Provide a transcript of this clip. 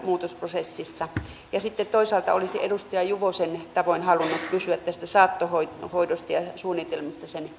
muutosprosessissa sitten toisaalta olisin edustaja juvosen tavoin halunnut kysyä saattohoidosta ja suunnitelmista sen